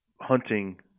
hunting